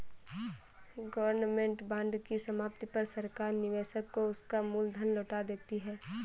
government bond की समाप्ति पर सरकार निवेशक को उसका मूल धन लौटा देती है